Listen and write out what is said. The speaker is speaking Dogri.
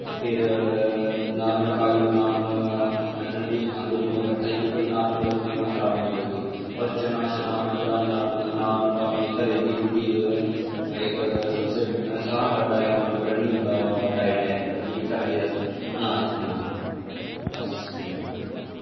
फिर नार्मल काज़ू बदाम ठंडू च खंदे रौंह्ना बरखा च बी मतलब तुसें गी ओह् खराब निं लगदे होर चनां शनां जेह्ड़ा होंदा नार्मल अपनी घरे दी रुट्टी इक सारें शा बड्डा इक रनिंग दा डाईट ऐ इक जेह्ड़ी घरे दी इक अनाज खन्ने बस इन्ना गै